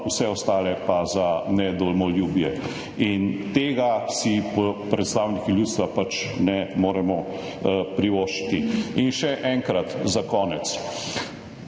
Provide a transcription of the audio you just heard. vse ostale pa za nedomoljube. In tega si predstavniki ljudstva pač ne moremo privoščiti. Še enkrat, za konec.